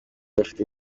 bafite